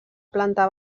planta